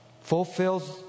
fulfills